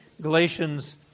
Galatians